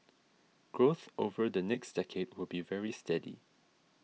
growth over the next decade will be very steady